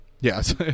yes